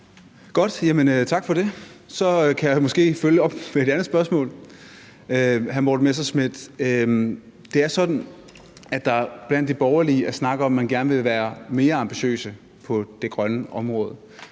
tak for det. Så kan jeg måske følge op med et andet spørgsmål til hr. Morten Messerschmidt. Det er sådan, at der blandt de borgerlige er snak om, at man gerne vil være mere ambitiøse på det grønne område,